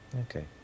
Okay